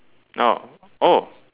now oh